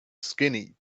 skinny